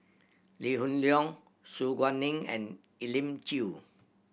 Lee Hoon Leong Su Guaning and Elim Chew